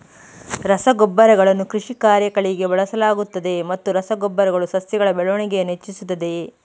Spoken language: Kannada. ರಸಗೊಬ್ಬರಗಳನ್ನು ಕೃಷಿ ಕಾರ್ಯಗಳಿಗೆ ಬಳಸಲಾಗುತ್ತದೆಯೇ ಮತ್ತು ರಸ ಗೊಬ್ಬರಗಳು ಸಸ್ಯಗಳ ಬೆಳವಣಿಗೆಯನ್ನು ಹೆಚ್ಚಿಸುತ್ತದೆಯೇ?